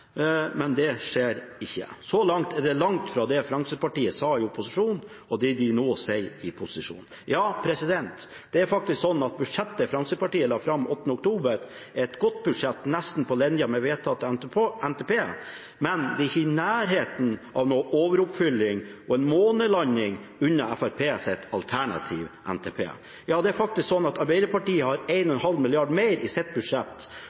men det skjer ikke. Så langt er det langt fra det Fremskrittspartiet sa i opposisjon, til det de nå sier i posisjon. Det budsjettet Fremskrittspartiet var med og la fram den 8. oktober, er faktisk et godt budsjett – nesten på linje med vedtatt NTP. Men det er ikke i nærheten av noen overoppfylling, og en månelanding unna Fremskrittspartiets alternative NTP. Det er faktisk sånn at Arbeiderpartiet har 1,5 mrd. kr mer i sitt budsjett,